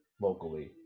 locally